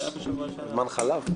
זה היה בשבוע שעבר.